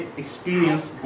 experience